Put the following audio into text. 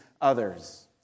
others